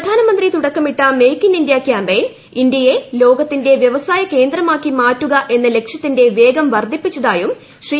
പ്രധാനമന്ത്രി തുടക്കമിട്ട make in India campaign ഇന്ത്യയെ ലോകത്തിന്റെ വ്യവസായ കേന്ദ്രമാക്കി മാറ്റുക എന്നു ലക്ഷ്യത്തിന്റെ വേഗം വർദ്ധിപ്പിച്ചതായും ശ്രീ